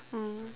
mm